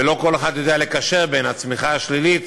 ולא כל אחד יודע לקשר בין הצמיחה השלילית